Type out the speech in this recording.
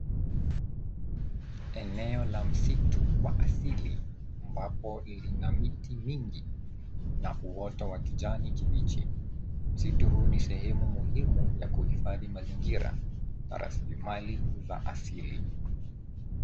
Eneo la msitu wa asili ambapo lina miti mingi na uoto wa kijani kibichi. Msitu huu ni sehemu muhimu la kuhifadhi mazingira na rasilimali asili.